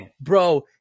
bro